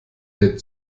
der